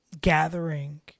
gathering